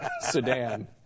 sedan